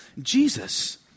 Jesus